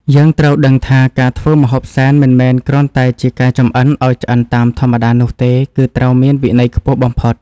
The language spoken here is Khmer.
យើងត្រូវយល់ដឹងថា ការធ្វើម្ហូបសែនមិនមែនគ្រាន់តែជាការចម្អិនឱ្យឆ្អិនតាមធម្មតានោះទេ គឺត្រូវមានវិន័យខ្ពស់បំផុត។